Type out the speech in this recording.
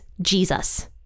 Jesus